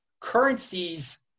currencies